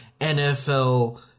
NFL